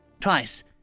Twice